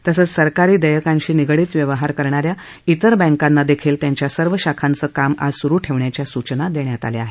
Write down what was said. तसंच सरकारी देयकांशी निगडित व्यवहार करणा या इतर बँकांना देखील त्यांच्या सर्व शाखांच काम आज सुरु ठेवण्याच्या सूचना देण्यात आल्या आहेत